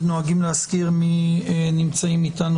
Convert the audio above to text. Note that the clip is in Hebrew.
נמצאים אתנו